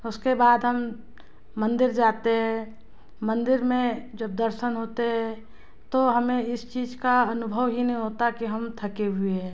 उसके बाद हम मंदिर जाते हैं मंदिर में जब दर्शन होते हैं तो हमें इस चीज़ का अनुभव ही नहीं होता कि हम थके हुए हैं